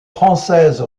française